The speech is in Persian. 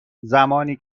زمانی